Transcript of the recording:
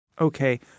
Okay